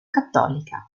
cattolica